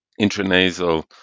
intranasal